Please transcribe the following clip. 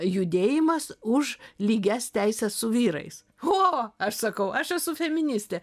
judėjimas už lygias teises su vyrais o aš sakau aš esu feministė